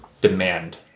demand